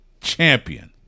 Champion